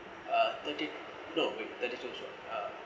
uh thirty no wait thirty two or so